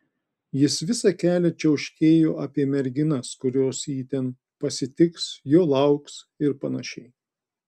jis visą kelią čiauškėjo apie merginas kurios jį ten pasitiks jo lauks ir panašiai